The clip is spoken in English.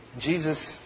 Jesus